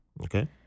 Okay